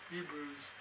Hebrews